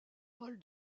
paul